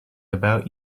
about